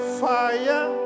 fire